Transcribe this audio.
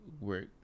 work